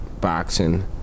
Boxing